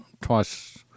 twice